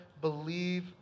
believe